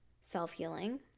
self-healing